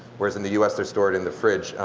whereas in the us they're stored in the fridge.